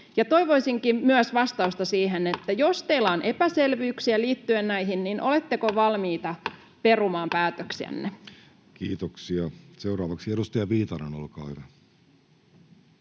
toivoisinkin vastausta myös siihen, että jos teillä on epäselvyyksiä liittyen näihin, niin oletteko valmiita perumaan päätöksiänne. Kiitoksia. — Seuraavaksi edustaja Viitanen, olkaa hyvä.